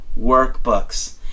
workbooks